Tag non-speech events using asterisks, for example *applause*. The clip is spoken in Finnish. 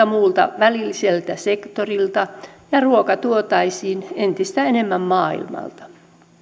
*unintelligible* muulta välilliseltä sektorilta ja ruoka tuotaisiin entistä enemmän maailmalta